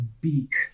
beak